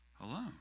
alone